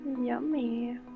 Yummy